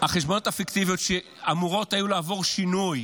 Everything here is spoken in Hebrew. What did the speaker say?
החשבוניות הפיקטיביות, שאמורות היו לעבור שינוי